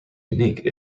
unique